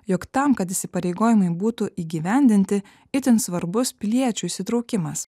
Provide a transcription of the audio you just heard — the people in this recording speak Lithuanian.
jog tam kad įsipareigojimai būtų įgyvendinti itin svarbus piliečių įsitraukimas